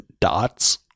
dots